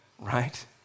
right